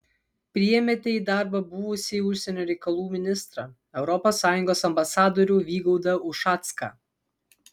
priėmėte į darbą buvusį užsienio reikalų ministrą europos sąjungos ambasadorių vygaudą ušacką